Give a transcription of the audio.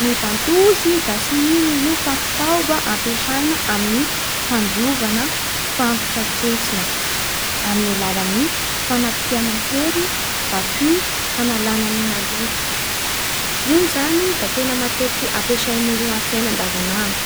Ny vantozy da tsy ino i io fa fitaova ampiasaina amin'ny fandiovana fantsona tsentsina amin'ny alalan'ny fanapihana hery vacu hanalàna ny maloto. Io zany da tena matetiky ampiasain'olo amin'ny fiaina andavanandro.